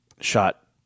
shot